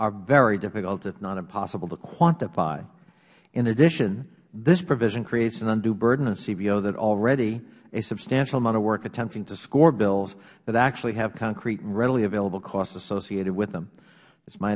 are very difficult if not impossible to quantify in addition this provision creates an undue burden on cbo that already a substantial amount of work attempting to score bills that actually have concrete and readily available costs associated with them it is my